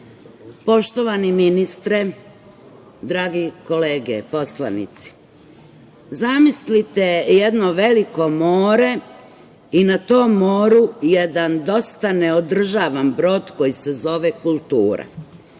Hvala. Poštovani ministre, drage kolege poslanici, zamislite jedno veliko more i na tom moru jedan dosta neodržavan brod koji se zove kultura.